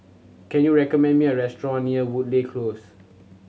can you recommend me a restaurant near Woodleigh Close